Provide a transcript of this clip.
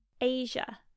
Asia